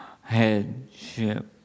headship